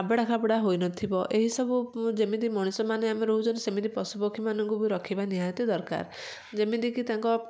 ଆବେଡ଼ା ଖାବେଡ଼ା ହୋଇ ନ ଥିବ ଏହି ସବୁ ଯେମିତି ମଣିଷମାନେ ଆମେ ରହୁଛନ୍ତି ସେମିତି ପଶୁପକ୍ଷୀ ମାନଙ୍କୁ ରଖିବା ନିହାତି ଦରକାର ଯେମିତି କି ତାଙ୍କ